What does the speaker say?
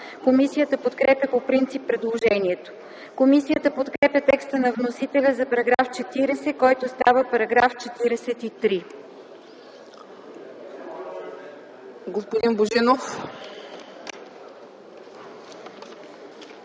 Комисията подкрепя по принцип предложението. Комисията подкрепя текста на вносителя за § 40, който става § 43.